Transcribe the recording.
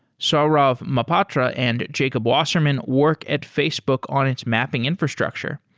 saurav mohapatra and jacob wasserman work at facebook on its mapping infrastructure,